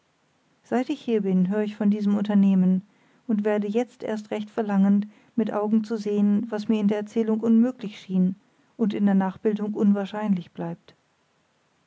seit ich hier bin hör ich von diesem unternehmen und werde jetzt erst recht verlangend mit augen zu sehen was mir in der erzählung unmöglich schien und in der nachbildung unwahrscheinlich bleibt